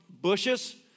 bushes